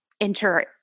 Enter